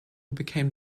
became